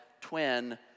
twin